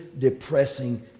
depressing